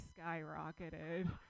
skyrocketed